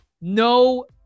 no